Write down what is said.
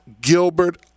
Gilbert